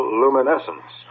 luminescence